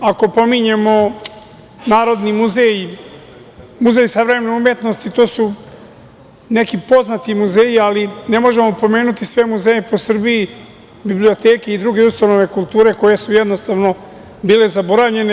Ako pominjemo Narodni muzej i Muzej savremene umetnosti, to su neki poznati muzeji, ali ne možemo pomenuti sve muzeje po Srbiji, biblioteke i druge ustanove kulture koje su, jednostavno, bile zaboravljene.